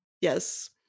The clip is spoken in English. Yes